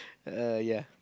err ya